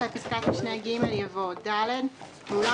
אחרי פסקת משנה (ג) יבוא: "(ד) באולם